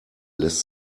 lässt